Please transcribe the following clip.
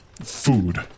food